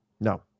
No